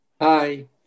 Hi